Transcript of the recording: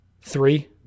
three